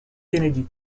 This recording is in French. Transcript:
kennedy